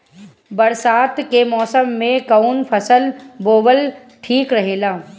बरसात के मौसम में कउन फसल बोअल ठिक रहेला?